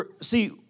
See